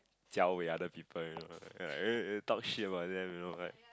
Jia Wei other people you know eh eh talk shit about them you know like